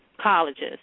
colleges